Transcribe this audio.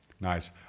Nice